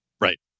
Right